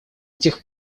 тех